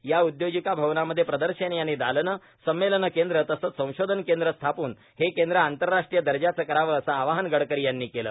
या उद्योजिका मवनमध्ये प्रदर्शनी आणि दालने संमेलन केंद्र तसंच संशोधन केंद्र स्थापून हे केंद्र आंतरराष्ट्रीय दर्जाचं करावं असं आवाहन गडकरी यांनी केलं